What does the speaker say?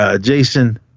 Jason